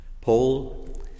Paul